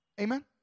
Amen